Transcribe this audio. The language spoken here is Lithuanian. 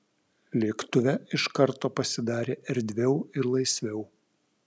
lėktuve iš karto pasidarė erdviau ir laisviau